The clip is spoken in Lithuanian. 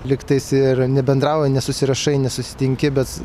lygtais ir nebendrauji nesusirišai nesusitinki bet